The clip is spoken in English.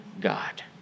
God